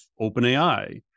OpenAI